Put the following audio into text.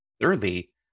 Thirdly